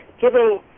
giving